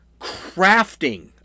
crafting